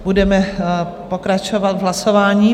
Budeme pokračovat v hlasování.